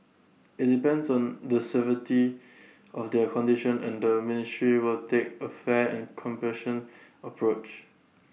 IT depends on the severity of their condition and the ministry will take A fair and compassionate approach